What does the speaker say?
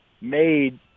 made